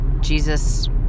Jesus